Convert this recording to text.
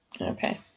Okay